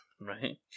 Right